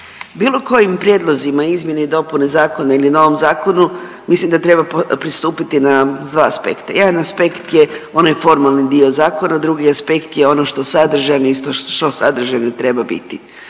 Bilo kojim prijedlozima izmjene i dopune zakona ili novom zakonu mislim da treba pristupiti sa dva aspekta. Jedan aspekt je onaj formalni dio zakona, drugi aspekt je ono što sadržaj treba biti.